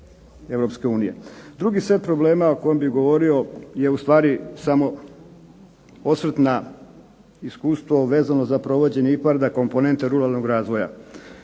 Drugi set problema o kojim bi govorio je ustvari samo osvrt na iskustvo vezeno za provođenje IPARD-a komponente ruralnog razvoja.